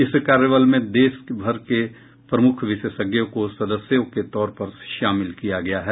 इस कार्यबल में देशभर के प्रमुख विशेषज्ञों को सदस्यों के तौर पर शामिल किया गया है